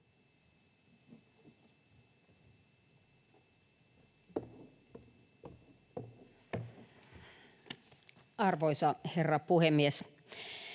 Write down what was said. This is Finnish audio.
Arvoisa herra puhemies!